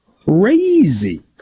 Crazy